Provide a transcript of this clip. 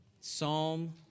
Psalm